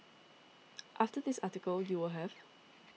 after this article you will have